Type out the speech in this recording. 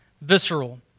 visceral